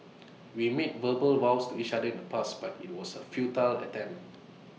we made verbal vows to each other in the past but IT was A futile attempt